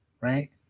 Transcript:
right